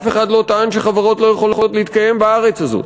אף אחד לא טען שחברות לא יכולות להתקיים בארץ הזאת.